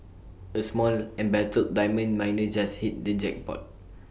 A small embattled diamond miner just hit the jackpot